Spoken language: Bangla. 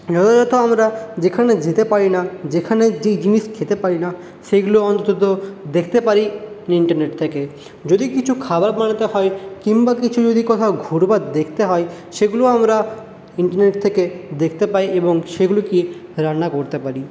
যথাযথ আমরা যেখানে যেতে পারি না যেখানের যেই জিনিস খেতে পারি না সেইগুলো অন্তত দেখতে পারি ইন্টারনেট থেকে যদি কিছু খাবার বানাতে হয় কিংবা কিছু যদি কোথাও ঘোরবার দেখতে হয় সেইগুলোও আমরা ইন্টারনেট থেকে দেখতে পাই এবং সেগুলোকে রান্না করতে পারি